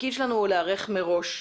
התפקיד שלנו הוא להיערך מראש,